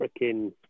freaking